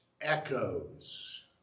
echoes